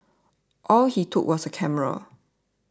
all he took was a camera